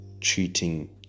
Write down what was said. treating